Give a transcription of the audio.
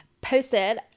posted